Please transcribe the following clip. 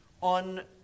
on